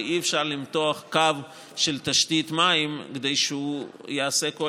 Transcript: ואי-אפשר למתוח קו של תשתית מים שיעשה כל